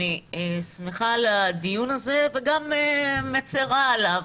אני שמחה על הדיון הזה וגם מצרה עליו.